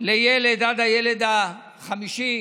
לילד עד הילד החמישי,